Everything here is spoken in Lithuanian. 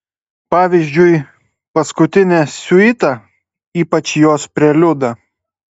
pavyzdžiui paskutinę siuitą ypač jos preliudą